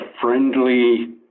friendly